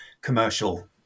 commercial